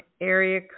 area